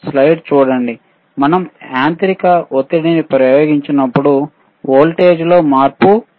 slide చూడండి మనం యాంత్రిక ఒత్తిడిని ప్రయోగించినప్పుడు వోల్టేజ్లో మార్పు ఉంటుంది